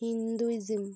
Hinduism